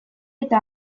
eta